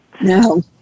no